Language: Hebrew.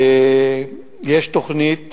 יש תוכנית